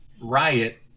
riot